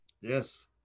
Yes